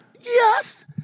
Yes